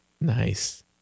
Nice